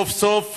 סוף-סוף